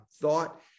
thought